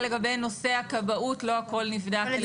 למשל, לגבי נושא הכבאות לא הכול נבדק.